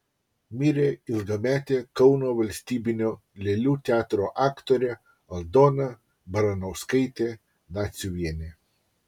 mirė ilgametė kauno valstybinio lėlių teatro aktorė aldona baranauskaitė naciuvienė